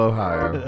Ohio